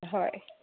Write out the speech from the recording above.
হয়